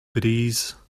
breeze